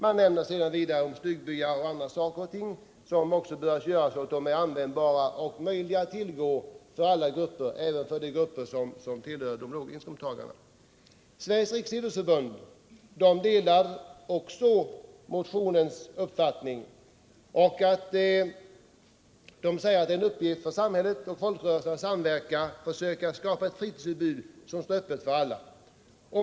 Man nämner vidare stugbyar o. d. som bör ligga så att de är möjliga att tillgå för alla grupper, även för låginkomsttagare. Sveriges riksidrottsförbund delar motionärernas uppfattning och säger att det är en uppgift för samhället och folkrörelserna i samverkan att försöka skapa ett fritidsutbud som står öppet för alla.